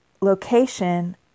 location